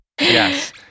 Yes